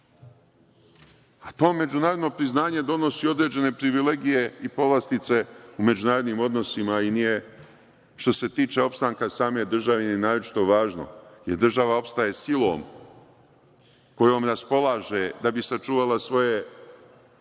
To međunarodno priznanje donosi određene privilegije i povlastice u međunarodnim odnosima i nije, što se tiče opstanka same države, ni naročito važno, jer država opstaje silom kojom raspolaže da bi sačuvala svoje